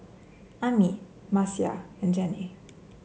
Ami Marcia and Jennie